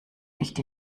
nicht